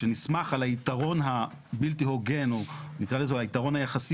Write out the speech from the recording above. שנסמך על היתרון הבלתי הוגן או נקרא לזה היתרון היחסי